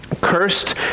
Cursed